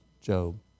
Job